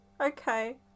Okay